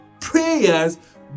prayers